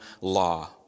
law